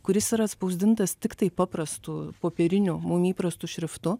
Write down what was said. kuris yra atspausdintas tiktai paprastu popieriniu mum įprastu šriftu